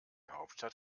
hauptstadt